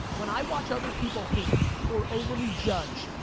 when i watch other people hate or overly judge,